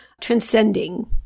Transcending